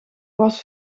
was